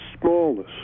smallness